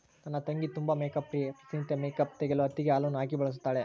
ನನ್ನ ತಂಗಿ ತುಂಬಾ ಮೇಕ್ಅಪ್ ಪ್ರಿಯೆ, ಪ್ರತಿ ನಿತ್ಯ ಮೇಕ್ಅಪ್ ತೆಗೆಯಲು ಹತ್ತಿಗೆ ಹಾಲನ್ನು ಹಾಕಿ ಬಳಸುತ್ತಾಳೆ